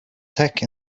tech